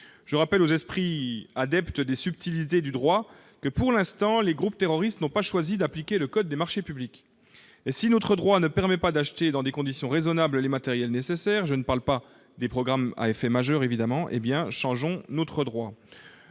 Je rappelle aux esprits adeptes des subtilités du droit que, pour l'instant, les groupes terroristes n'ont pas choisi d'appliquer le code des marchés publics. Si notre droit ne permet pas d'acheter dans des conditions raisonnables les matériels nécessaires- je ne parle pas des programmes à effet majeur -, eh bien, changeons-le !